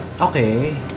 Okay